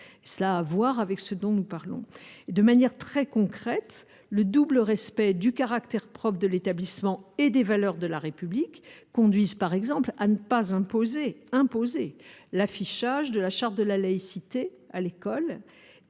cela a à voir avec ce dont nous parlons. De manière très concrète, le double respect du caractère propre de l’établissement et des valeurs de la République conduit par exemple à ne pas imposer l’affichage de la charte de la laïcité dans les